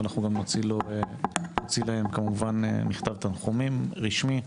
אנחנו גם נוציא להם, כמובן, מכתב תנחומים רשמי.